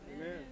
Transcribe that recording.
Amen